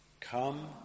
Come